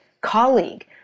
colleague